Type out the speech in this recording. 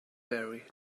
very